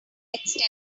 extensive